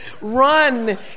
run